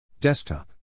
Desktop